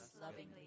lovingly